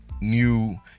new